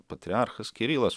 patriarchas kirilas